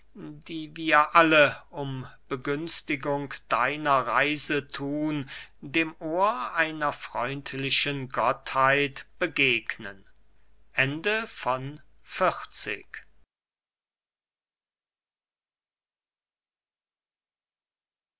die wir alle um begünstigung deiner reise thun dem ohr einer freundlichen gottheit begegnen